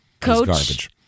coach